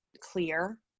clear